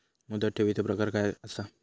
मुदत ठेवीचो प्रकार काय असा?